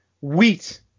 wheat